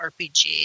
RPG